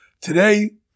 Today